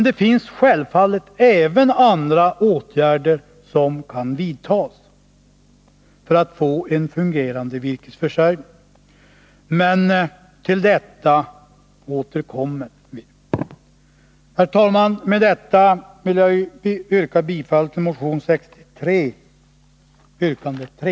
Det finns självfallet även andra åtgärder som kan vidtas för att vi skall få en fungerande virkesförsörjning, men till dem återkommer vi. Herr talman! Med detta vill jag yrka bifall till motion 63, yrkande 3.